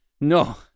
No